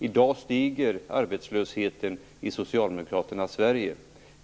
I dag stiger arbetslösheten i Socialdemokraternas Sverige.